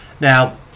Now